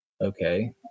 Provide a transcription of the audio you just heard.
okay